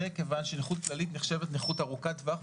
זה כיוון שנכות כללית נחשבת נכות ארוכת טווח,